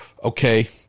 okay